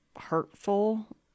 hurtful